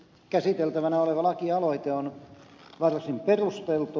käsiteltävänä oleva lakialoite on varsin perusteltu